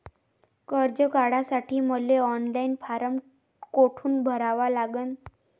कर्ज काढासाठी मले ऑनलाईन फारम कोठून भरावा लागन?